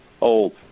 old